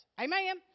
Amen